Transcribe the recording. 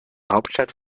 hauptstadt